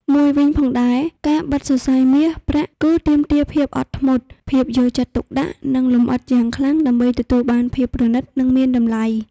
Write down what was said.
មួយវិញផងដែរ ការបិតសរសៃមាស ប្រាក់ គឺទាមទារភាពអត់ធ្មត ភាពយកចិត្តទុកដាក់ និងលម្អិតយ៉ាងខ្លាំងដើម្បីទទួលបានភាពប្រណិតនិងមានតម្លៃ។